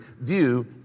view